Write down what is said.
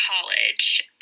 college